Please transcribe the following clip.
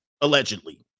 allegedly